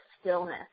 stillness